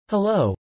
Hello